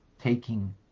taking